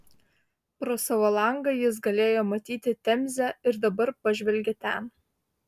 pro savo langą jis galėjo matyti temzę ir dabar pažvelgė ten